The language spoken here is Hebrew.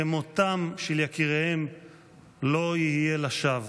כדי שמותם של יקיריהן לא יהיה לשווא.